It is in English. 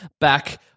back